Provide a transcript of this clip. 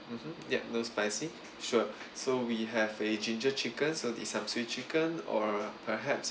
mmhmm yup no spicy sure so we have a ginger chicken so the subsidy chicken or perhaps